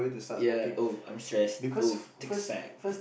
ya oh I'm stressed oh takes fact